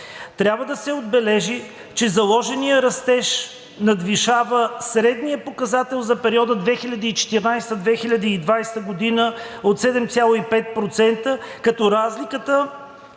Трябва да се отбележи, че заложеният растеж надвишава средния показател за периода 2014 – 2020 г. от 7,5%, като разликата